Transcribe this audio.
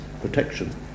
protection